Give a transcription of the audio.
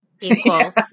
equals